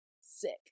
Sick